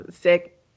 sick